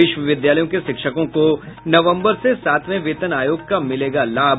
विश्वविद्यालयों के शिक्षकों को नवम्बर से सातवें वेतन आयोग का मिलेगा लाभ